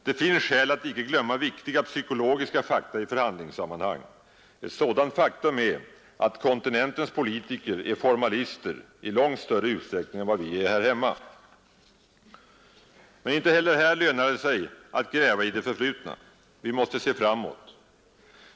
Det finns skäl att icke glömma viktiga psykologiska fakta i förhandlingssammanhang. Ett sådant faktum är att kontinentens politiker är formalister i långt större utsträckning än vi här hemma. Men icke heller här lönar det sig att gräva i det förflutna. Vi måste se framåt.